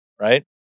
right